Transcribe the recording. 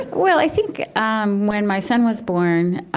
well, i think, um when my son was born,